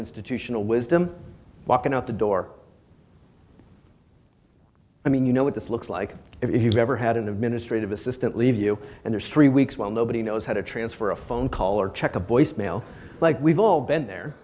institutional wisdom walking out the door i mean you know what this looks like if you've ever had an administrative assistant leave you and there's three weeks well nobody knows how to transfer a phone call or check a voicemail like we've all been there